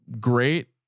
great